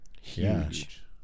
Huge